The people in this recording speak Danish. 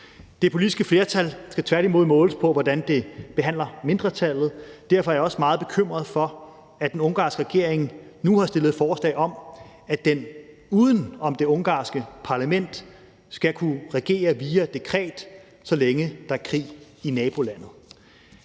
Det politiske flertal skal tværtimod måles på, hvordan det behandler mindretallet. Derfor er jeg også meget bekymret for, at den ungarske regering nu har stillet forslag om, at den uden om det ungarske parlament skal kunne regere via dekret, så længe der er krig i nabolandet.